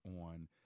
on